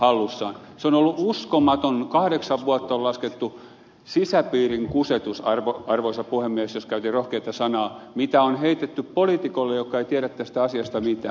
se on ollut uskomatonta kahdeksan vuotta on laskettu sisäpiirin kusetusarvo arvoisa puhemies käytin rohkeata sanaa siitä mitä on heitetty poliitikoille jotka eivät tiedä tästä asiasta mitään